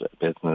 business